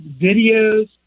videos